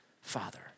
Father